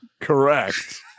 Correct